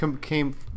came